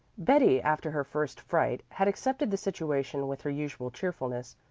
betty, after her first fright, had accepted the situation with her usual cheerfulness,